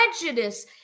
prejudice